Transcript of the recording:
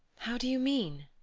how do you mean?